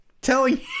telling